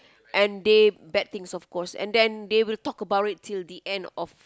and they bad things of course and then they will talk about it till the end of